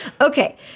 Okay